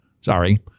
Sorry